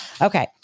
Okay